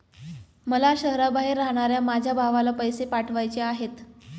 मला शहराबाहेर राहणाऱ्या माझ्या भावाला पैसे पाठवायचे आहेत